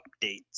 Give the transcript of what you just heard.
updates